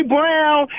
Brown